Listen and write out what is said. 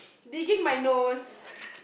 digging my nose